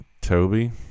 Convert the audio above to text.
Toby